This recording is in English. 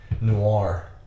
noir